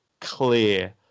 clear